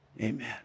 Amen